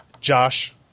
Josh